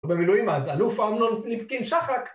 הוא במילואים אז, ‫אלוף אמנון ליפקין שחק